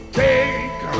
take